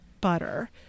butter